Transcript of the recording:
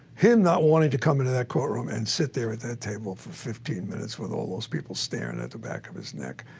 him not wanting to come into that courtroom and sit there at that table for fifteen minutes with all of those people staring at the back of his neck.